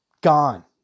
Gone